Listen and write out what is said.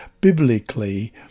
biblically